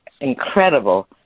incredible